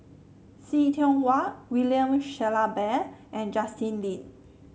See Tiong Wah William Shellabear and Justin Lean